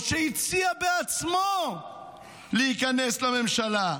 או שהציע בעצמו להיכנס לממשלה?